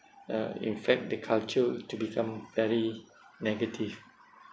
uh in fact the culture to become very negative